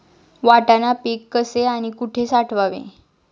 वाटाणा पीक कसे आणि कुठे साठवावे?